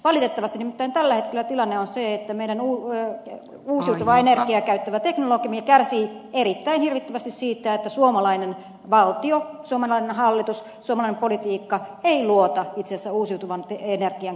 valitettavasti nimittäin tällä hetkellä tilanne on se että meidän uusiutuvaa energiaa käyttävä teknologiamme kärsii erittäin hirvittävästi siitä että suomalainen valtio suomalainen hallitus suomalainen politiikka ei luota itse asiassa uusiutuvan energian käyttömahdollisuuksiin